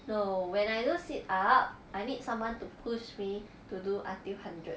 no when I do sit up I need someone to push me to do until hundred